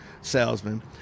salesman